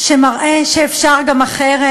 שמראה שאפשר גם אחרת.